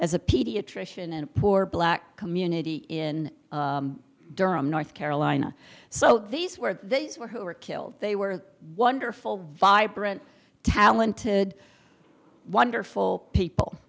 as a pediatrician in a poor black community in durham north carolina so these were these were who were killed they were wonderful vibrant talented wonderful people